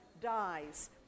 dies